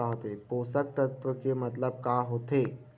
पोषक तत्व के मतलब का होथे?